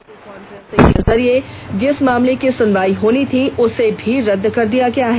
video conferencing के जरिए जिस मामले की सुनवाई होनी थी उसे भी रद्द कर दिया गया है